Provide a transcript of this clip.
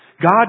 God